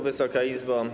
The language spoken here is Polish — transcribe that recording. Wysoka Izbo!